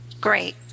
Great